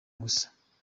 gusa